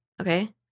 Okay